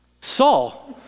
Saul